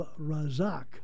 Razak